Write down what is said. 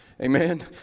Amen